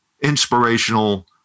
inspirational